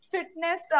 fitness